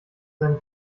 seine